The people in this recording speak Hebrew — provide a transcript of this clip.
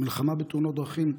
המלחמה בתאונות דרכים,